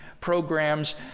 programs